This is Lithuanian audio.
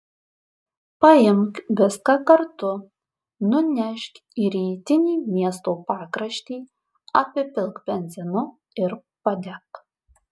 paimk viską kartu nunešk į rytinį miesto pakraštį apipilk benzinu ir padek